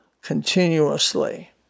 continuously